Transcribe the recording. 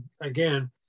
again